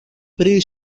pri